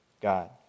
God